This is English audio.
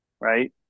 right